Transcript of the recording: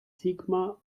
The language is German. sigmar